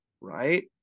Right